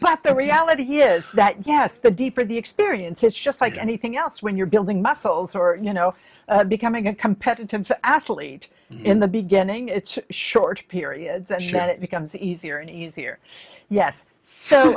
but the reality is that yes the deeper the experience is just like anything else when you're building muscles or you know becoming a competitive athlete in the beginning a short period it becomes easier and easier yes so